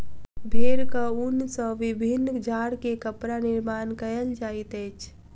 भेड़क ऊन सॅ विभिन्न जाड़ के कपड़ा निर्माण कयल जाइत अछि